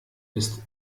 ist